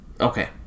Okay